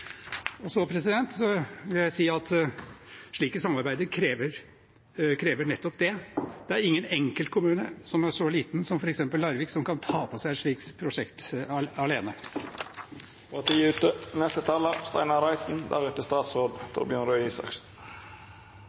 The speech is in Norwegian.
Så vil jeg si at slike samarbeid krever nettopp det. Det er ingen enkeltkommune som er så liten som f.eks. Larvik, som kan ta på seg et slikt prosjekt alene.